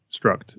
struct